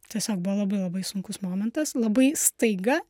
tiesiog buvo labai labai sunkus momentas labai staiga